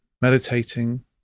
meditating